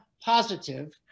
positive